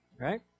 Right